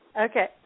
Okay